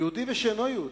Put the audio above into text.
יהודי ושאינו יהודי,